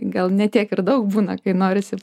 gal ne tiek ir daug būna kai norisi